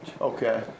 Okay